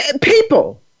people